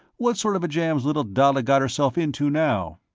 what sort of a jam's little dalla got herself into, now?